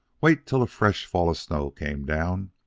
wait till a fresh fall of snow came down,